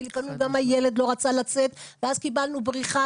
כי לפעמים גם הילד לא רצה לצאת ואז קיבלנו בריחה